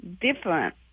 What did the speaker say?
different